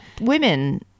women